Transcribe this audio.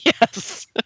Yes